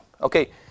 okay